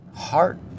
heart